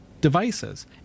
devices